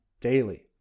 daily